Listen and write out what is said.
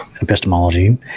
epistemology